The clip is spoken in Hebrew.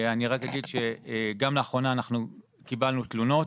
אני רק אגיד שגם לאחרונה אנחנו קיבלנו תלונות